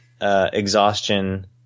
exhaustion